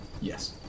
Yes